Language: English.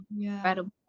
incredible